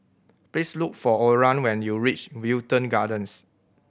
please look for Oran when you reach Wilton Gardens